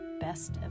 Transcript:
Best